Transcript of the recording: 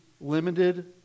limited